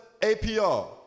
APR